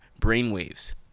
brainwaves